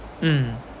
mm